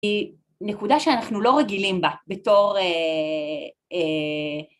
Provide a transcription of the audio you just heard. ‫היא נקודה שאנחנו לא רגילים בה, ‫בתור...